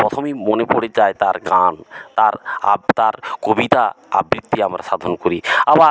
প্রথমেই মনে পড়ে যায় তাঁর গান তাঁর আব তাঁর কবিতা আবৃত্তি আমরা সাধন করি আবার